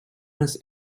this